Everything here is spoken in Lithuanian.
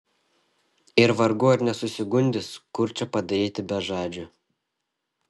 ir vargu ar nesusigundys kurčią padaryti bežadžiu